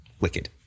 wicked